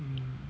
um